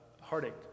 heartache